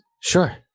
Sure